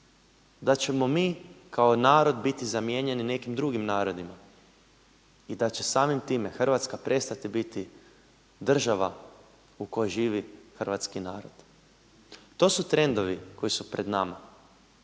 Da ćemo mi kao narod biti zamijenjeni nekim drugim narodima i da će samim time Hrvatska prestati biti država u kojoj živi hrvatski narod. To su trendovi koji su pred nama.